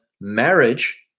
Marriage